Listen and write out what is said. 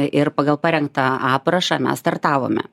ir pagal parengtą aprašą mes startavome